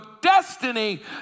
destiny